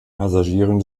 passagieren